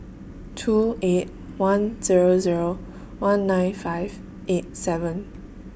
two eight one Zero Zero one nine five eight seven